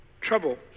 Trouble